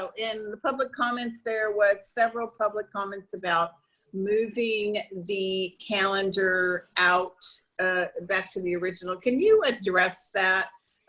so in the public comments there was several public comments about moving the calendar out back to the original. can you address that?